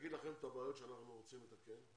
נאמר לכם את הבעיות שאנחנו רוצים לתקן.